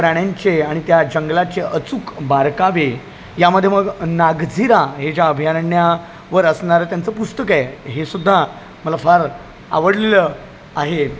प्राण्यांचे आणि त्या जंगलाचे अचूक बारकावे यामध्ये मग नागझिरा हे ज्या अभयारण्यावर असणारं त्यांचं पुस्तकं आहे हे सुद्धा मला फार आवडलेलं आहे